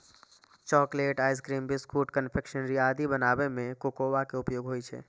chocolate, ice cream, biscuit, confectionery आदि बनाबै मे कोकोआ के उपयोग होइ छै